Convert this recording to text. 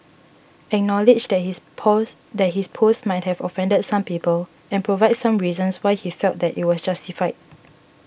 acknowledge that his pose that his post might have offended some people and provide some reasons why he felt that it was justified